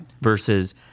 versus